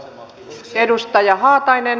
arvoisa rouva puhemies